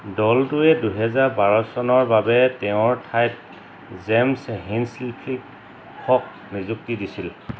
দলটোৱে দুই হেজাৰ বাৰ চনৰ বাবে তেওঁৰ ঠাইত জেমছ হিঞ্চক্লিফক নিযুক্তি দিছিল